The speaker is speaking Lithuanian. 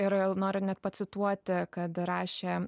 ir vėl noriu net pacituoti kad rašė